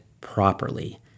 properly